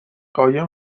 قایم